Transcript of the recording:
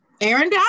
Aaron